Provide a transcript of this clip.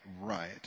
right